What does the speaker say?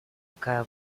такая